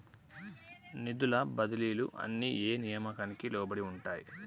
నిధుల బదిలీలు అన్ని ఏ నియామకానికి లోబడి ఉంటాయి?